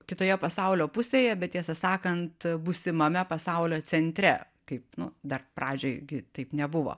kitoje pasaulio pusėje bet tiesą sakant būsimame pasaulio centre kaip nu dar pradžioj gi taip nebuvo